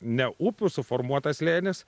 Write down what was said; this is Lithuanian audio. ne upių suformuotas slėnis